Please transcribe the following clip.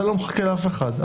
אתה לא מחכה לאף אחד,